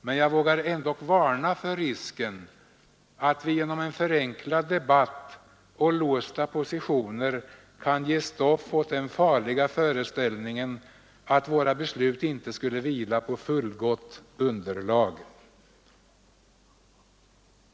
Men jag vågar ändock varna för risken att vi genom en förenklad debatt och låsta positioner kan ge stoff åt den farliga föreställningen att våra beslut inte skulle vila på fullgott underlag.